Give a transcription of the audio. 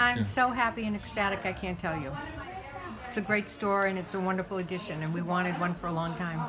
i'm so happy and ecstatic i can tell you the great story and it's a wonderful addition and we wanted one for a long time